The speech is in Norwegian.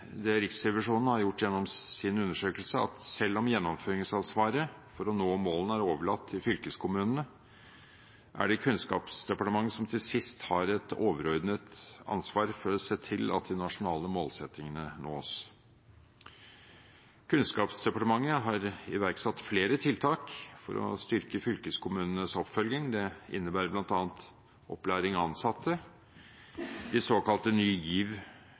Riksrevisjonen i sin undersøkelse, at selv om gjennomføringsansvaret for å nå målene er overlatt til fylkeskommunene, er det Kunnskapsdepartementet som til sist har et overordnet ansvar for å se til at de nasjonale målsettingene nås. Kunnskapsdepartementet har iverksatt flere tiltak for å styrke fylkeskommunenes oppfølging. Det innebærer bl.a. opplæring av ansatte, de såkalte Ny